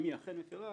אם היא אכן מפרה.